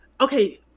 Okay